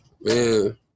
man